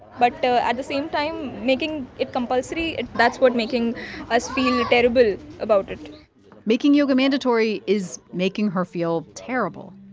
but at the same time, making it compulsory, and that's what making us feel terrible about it making yoga mandatory is making her feel terrible